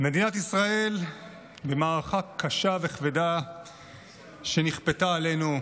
מדינת ישראל במערכה קשה וכבדה שנכפתה עלינו.